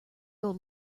old